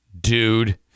dude